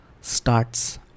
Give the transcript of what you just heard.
starts